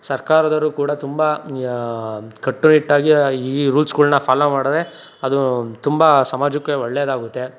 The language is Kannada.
ಸರ್ಕಾರದವರು ಕೂಡ ತುಂಬ ಕಟ್ಟುನಿಟ್ಟಾಗಿ ಈ ರೂಲ್ಸ್ಗಳ್ನ ಫಾಲೋ ಮಾಡಿದ್ರೆ ಅದು ತುಂಬ ಸಮಾಜಕ್ಕೆ ಒಳ್ಳೆಯದಾಗುತ್ತೆ